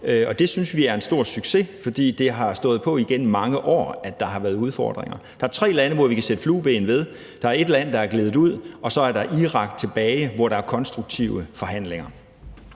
og det synes vi er en stor succes. For det har stået på igennem mange år, at der har været udfordringer. Der er tre lande, vi kan sætte flueben ved; der er et land, der er gledet ud; og så er der Irak tilbage, hvor der er konstruktive forhandlinger.